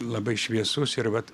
labai šviesus ir vat